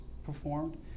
performed